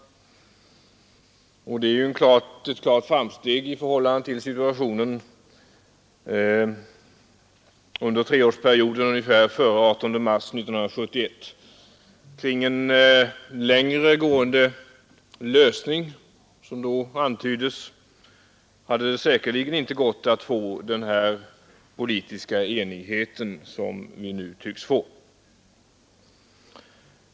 Och det är ett klart framsteg i förhållande till situationen under en period av ungefär tre år före den 18 mars 1971. Kring en längre gående lösning, som då var aktuell, hade det säkerligen inte gått att få den politiska enighet som vi nu tycks få.